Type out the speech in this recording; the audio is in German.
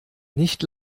nicht